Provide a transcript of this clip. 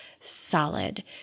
solid